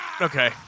okay